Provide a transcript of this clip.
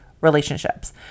relationships